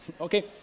Okay